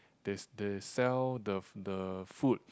they they sell the f~ the food